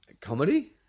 Comedy